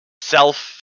self